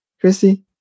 Chrissy